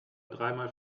dreimal